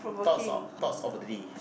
thoughts of thought of a